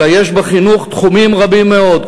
אלא יש בחינוך תחומים רבים מאוד,